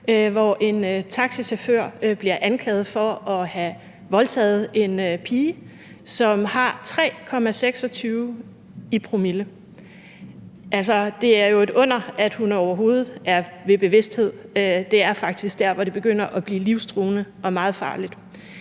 hvor en taxachauffør bliver anklaget for at have voldtaget en pige, som har en promille på 3,26. Det er jo et under, at hun overhovedet er ved bevidsthed. Det er faktisk der, hvor det begynder at blive livstruede og meget farligt.